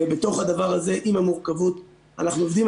ובתוך הדבר הזה, עם המורכבות, אנחנו עובדים.